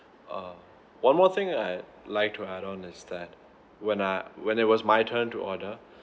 err one more thing I'd like to add on is that when I when it was my turn to order